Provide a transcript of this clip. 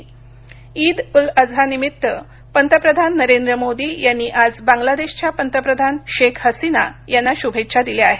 मोदी ईद बांग्लादेश ईद उल अझा निमित्त पंतप्रधान नरेंद्र मोदी यांनी आज बांगलादेशच्या पंतप्रधान शेख हसीना यांना शुभेच्छा दिल्या आहेत